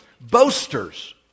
Boasters